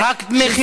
רק דמי חיבור.